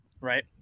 Right